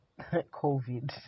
COVID